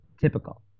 Typical